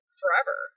forever